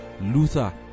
Luther